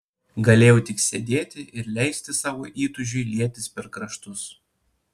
galėjau tik sėdėti ir leisti savo įtūžiui lietis per kraštus